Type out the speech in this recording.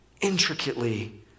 intricately